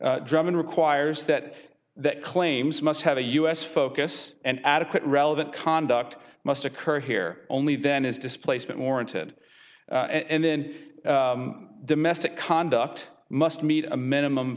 drama requires that that claims must have a u s focus and adequate relevant conduct must occur here only then is displacement warranted and then domestic conduct must meet a minimum